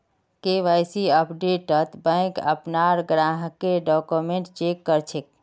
KYC अपडेटत bank अपनार ग्राहकेर डॉक्यूमेंट चेक कर छेक